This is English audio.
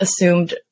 assumed